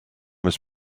was